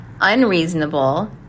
Unreasonable